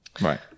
right